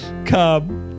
come